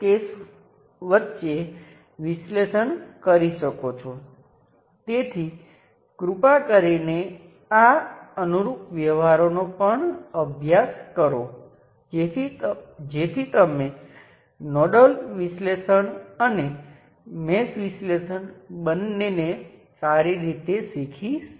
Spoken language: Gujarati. કરંટ સ્ત્રોત સાથેના અન્ય સ્વરૂપની જેમ આ થિયર્મ સાબિત કરવા માટે ઉપયોગી છે અને ઘણીવાર કેટલીક પરિસ્થિતિઓમાં વાસ્તવિક સર્કિટનાં વિશ્લેષણ માટે વોલ્ટેજ સ્ત્રોતને રેઝિસ્ટર દ્વારા પણ બદલી શકાય છે